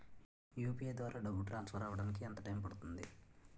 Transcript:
UPI ద్వారా డబ్బు transfer అవ్వడానికి ఎంత టైం పడుతుంది?